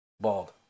Bald